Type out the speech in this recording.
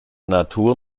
natur